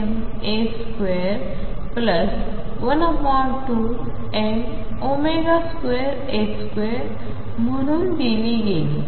म्हणून दिली गेली